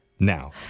Now